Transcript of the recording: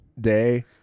Day